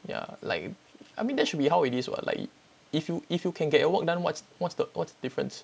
yeah like I mean that should be how it is [what] like if you if you can get your work done what's what's the difference